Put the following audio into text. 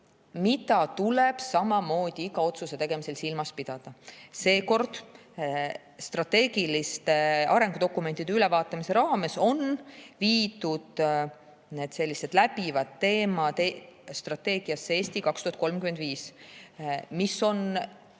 mida tuleb samamoodi iga otsuse tegemisel silmas pidada. Seekord on strateegiliste arengudokumentide ülevaatamise raames viidud need läbivad teemad strateegiasse "Eesti 2035", mis on